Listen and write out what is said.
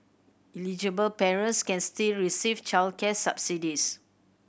eligible parents can still receive childcare subsidies